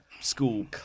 school